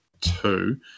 two